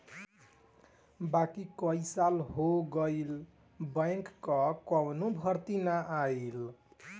बाकी कई साल हो गईल बैंक कअ कवनो भर्ती ना आईल